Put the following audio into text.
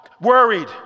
worried